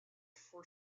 from